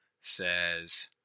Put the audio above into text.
says